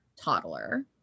toddler